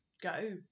Go